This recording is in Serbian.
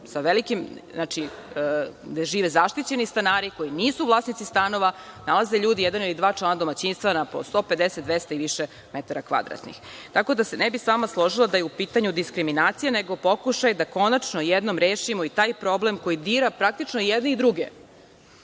stanovima gde žive zaštićeni stanari, koji nisu vlasnici stanova, nalaze ljudi od jednog ili dva člana domaćinstva na po 150, 200 i više metara kvadratnih. Ne bih se ja sa vama složila da je u pitanju diskriminacija, nego pokušaj da konačno jednom rešimo i taj problem koji dira, praktično, i jedne i druge. Rekli